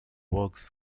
works